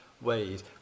ways